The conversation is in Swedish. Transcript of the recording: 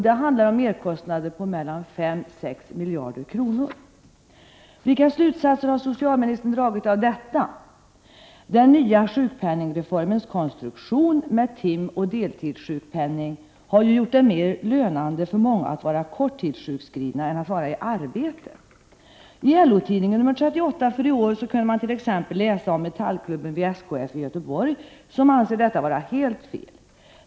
Det handlar om merkostnader på 5—6 miljarder kronor. Vilka slutsatser har socialministern dragit av detta? Den nya sjukpenningreformens konstruktion med timoch deltidssjukpenning har gjort det mer lönande för många att vara korttidssjukskrivna än att vara i arbete. I LO-tidningen nr 38 för i år kunde man t.ex. läsa om Metallklubben vid SKF i Göteborg, som anser detta vara helt fel.